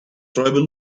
tribal